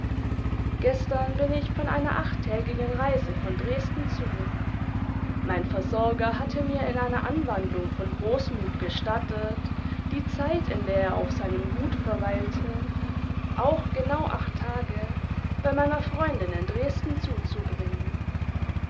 gestern bin ich von einer achttägigen reise von dresden zurück mein versorger hatte mir in einer anwandlung von großmut gestattet die zeit in der er auf seinem gut verweilte auch genau acht tage bei meiner freundin in dresden zuzubringen